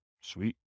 Sweet